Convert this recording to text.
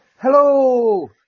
Hello